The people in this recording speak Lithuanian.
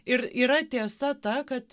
ir yra tiesa ta kad